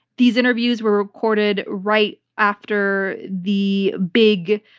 these interviews were recorded right after the big,